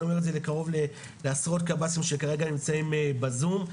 אני אומר את זה לעשרות קבסי"ם שכרגע נמצאים בזום,